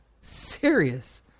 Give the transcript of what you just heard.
serious